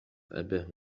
أباه